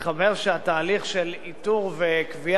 התחוור שהתהליך של איתור וקביעת